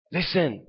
Listen